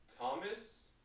Thomas